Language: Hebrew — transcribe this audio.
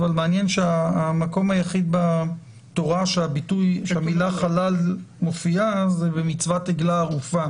אבל מעניין שהמקום היחיד בתורה שהמילה חלל מופיעה זה במצוות עגלה ערופה